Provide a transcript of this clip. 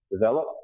develop